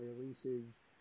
releases